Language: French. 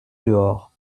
dehors